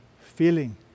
feeling